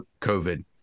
COVID